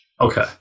Okay